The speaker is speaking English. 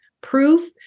proof